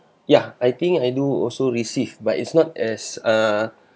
ya I think I do also receive but it's not as err